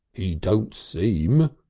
he don't seem,